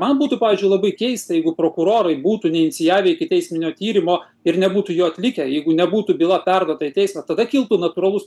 man būtų pavyzdžiui labai keista jeigu prokurorai būtų neinicijavę ikiteisminio tyrimo ir nebūtų jo atlikę jeigu nebūtų byla perduota į teismą tada kiltų natūralus